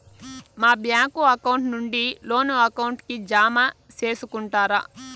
మా bank account నుండి loan account కి జామ సేసుకుంటారా?